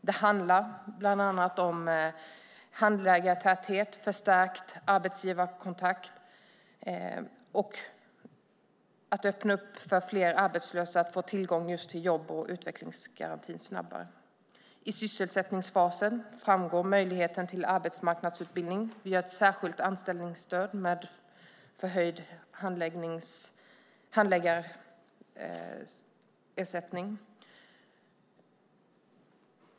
Det handlar bland annat om handläggartäthet och förstärkt arbetsgivarkontakt och att öppna upp så att fler arbetslösa får tillgång till jobb och utvecklingsgarantin snabbare. I sysselsättningsfasen framgår möjligheterna till arbetsmarknadsutbildning. Vi har ett särskilt anställningsstöd med förhöjd handläggarersättning.